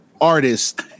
artist